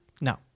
No